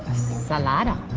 salada?